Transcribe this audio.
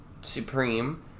supreme